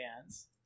bands